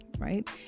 Right